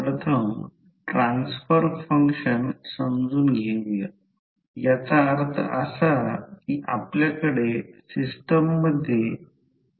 या समीकरण 15 मधून i2 j M i1 R2 j L2 ZL हे समीकरण 16 आहे